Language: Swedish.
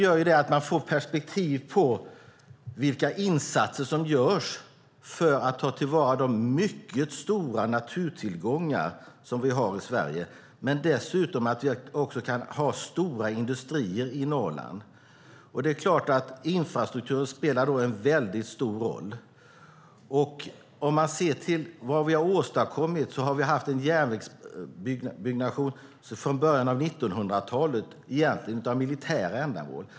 Man behöver ha perspektiv på vilka insatser som görs för att ta vara på de mycket stora naturtillgångar som vi har i Sverige och för att vi ska kunna ha stora industrier i Norrland. Det är klart att infrastrukturen spelar en väldigt stor roll. Låt oss se till vad som har åstadkommits. Sedan början av 1900-talet har järnvägsbyggnationen skett för militära ändamål.